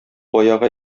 баягы